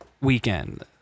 weekend